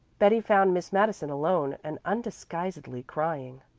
betty found miss madison alone and undisguisedly crying.